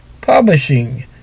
Publishing